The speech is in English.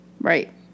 Right